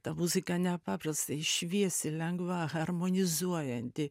ta muzika nepaprastai šviesi lengva harmonizuojanti